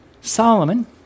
Solomon